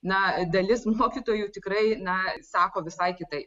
na dalis mokytojų tikrai na sako visai kitaip